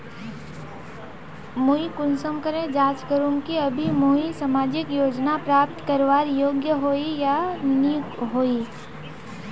मुई कुंसम करे जाँच करूम की अभी मुई सामाजिक योजना प्राप्त करवार योग्य होई या नी होई?